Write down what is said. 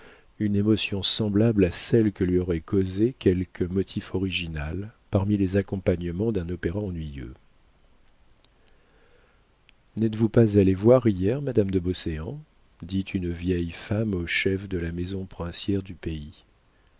une émotion semblable à celle que lui aurait causée quelque motif original parmi les accompagnements d'un opéra ennuyeux n'êtes-vous pas allé voir hier madame de beauséant dit une vieille femme au chef de la maison princière du pays